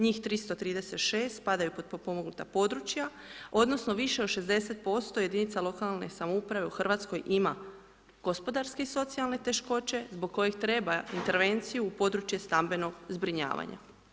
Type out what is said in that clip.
Njih 336 spadaju pod potpomognuta područja odnosno više od 60% jedinica lokalne samouprave u Hrvatskoj ima gospodarske i socijalne teškoće zbog kojih treba intervenciju u područje stambenog zbrinjavanja.